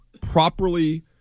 properly